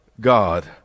God